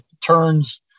turns